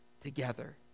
together